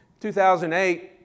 2008